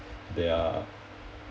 there are